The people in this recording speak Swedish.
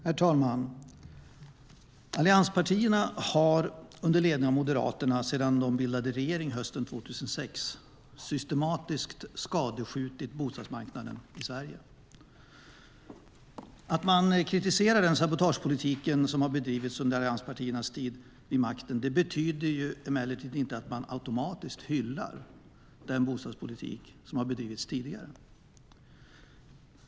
Herr talman! Allianspartierna har under ledning av Moderaterna sedan de bildade regering hösten 2006 systematiskt skadeskjutit bostadsmarknaden i Sverige. Att man kritiserar den sabotagepolitik som bedrivits under allianspartiernas tid vid makten betyder emellertid inte att man automatiskt hyllar den bostadspolitik som har drivits tidigare.